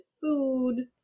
food